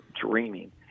dreaming